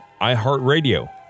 iHeartRadio